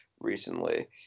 recently